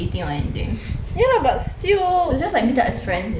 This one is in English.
we'll just like meet up like friends